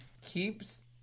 keeps